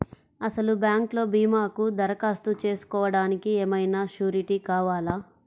అసలు బ్యాంక్లో భీమాకు దరఖాస్తు చేసుకోవడానికి ఏమయినా సూరీటీ కావాలా?